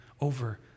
over